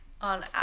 on